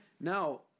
Now